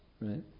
right